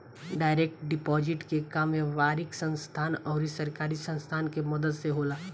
direct deposit के काम व्यापारिक संस्था आउर सरकारी संस्था के मदद से होला